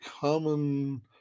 common